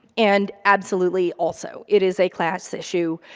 and absolutely, also, it is a class issue.